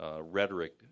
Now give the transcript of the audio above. rhetoric